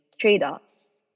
trade-offs